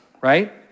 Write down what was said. right